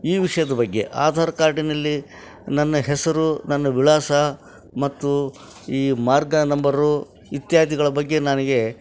ಈ ವಿಷಯದ ಬಗ್ಗೆ ಆಧಾರ್ ಕಾರ್ಡಿನಲ್ಲಿ ನನ್ನ ಹೆಸರು ನನ್ನ ವಿಳಾಸ ಮತ್ತು ಈ ಮಾರ್ಗ ನಂಬರು ಇತ್ಯಾದಿಗಳ ಬಗ್ಗೆ ನನಗೆ